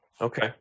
okay